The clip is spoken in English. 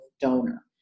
donor